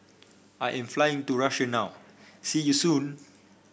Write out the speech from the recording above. I am flying to Russia now see you soon